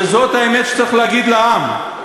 וזאת האמת שצריך להגיד לעם.